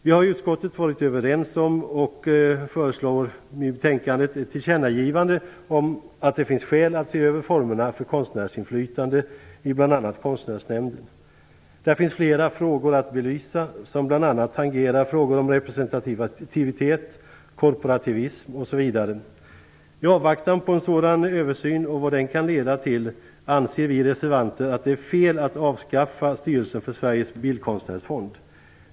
Vi har i utskottet varit överens om och i betänkandet föreslagit ett tillkännagivande om att det finns skäl att se över formerna för konstnärsinflytande i bl.a. Konstnärsnämnden. Där finns flera saker att belysa som bl.a. tangerar frågor om representativitet, korporativism, m.m. I avvaktan på en sådan översyn och vad den kan leda till anser vi reservanter att det är fel att avskaffa styrelsen för Sveriges bildkonstnärsfond.